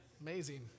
Amazing